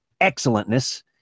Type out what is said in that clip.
excellentness